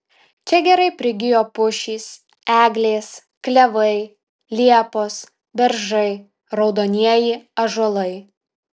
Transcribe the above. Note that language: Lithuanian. čia gerai prigijo pušys eglės klevai liepos beržai raudonieji ąžuolai